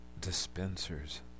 dispensers